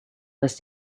atas